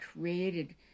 created